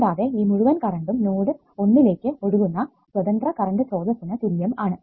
കൂടാതെ ഈ മുഴുവൻ കറണ്ടും നോഡ് ഒന്നിലേക്ക് ഒഴുകുന്ന സ്വതന്ത്ര കറണ്ട് സ്രോതസിനു തുല്യം ആണ്